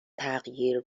تغییر